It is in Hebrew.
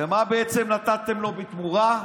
ומה ובעצם נתתם לו בתמורה?